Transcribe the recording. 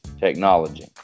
technology